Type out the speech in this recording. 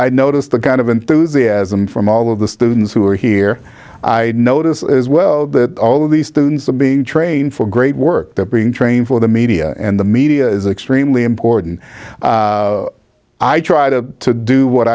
i noticed the kind of enthusiasm from all of the students who are here i noticed as well that all of the students will be trained for great work that being trained for the media and the media is extremely important i try to do what